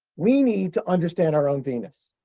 we need to understand our own venus.